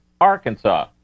arkansas